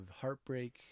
heartbreak